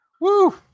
Woo